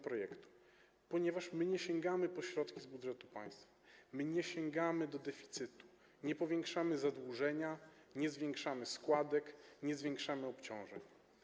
Ponieważ my nie sięgamy po środki z budżetu państwa, my nie sięgamy do deficytu, nie powiększamy zadłużenia, nie zwiększamy składek ani nie zwiększamy obciążeń.